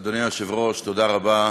אדוני היושב-ראש, תודה רבה.